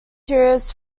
heroes